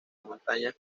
montañas